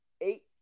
eight